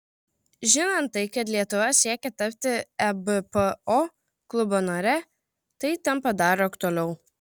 žinant tai kad lietuva siekia tapti ebpo klubo nare tai tampa dar aktualiau